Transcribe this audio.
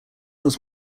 was